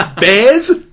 Bears